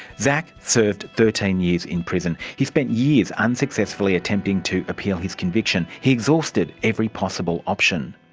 szach served thirteen years in prison. he spent years unsuccessfully attempting to appeal his conviction, he exhausted every possible option.